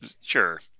Sure